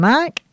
Mac